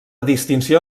distinció